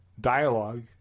dialogue